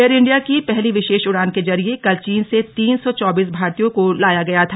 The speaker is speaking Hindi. एयर इंडिया की पहली विशेष उड़ान के जरिए कल चीन से तीन सौ चौबीस भारतीयों को लाया गया था